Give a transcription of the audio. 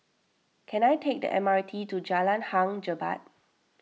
can I take the M R T to Jalan Hang Jebat